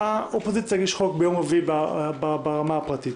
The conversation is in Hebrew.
האופוזיציה תגיש הצעת חוק ביום רביעי ברמה הפרטית.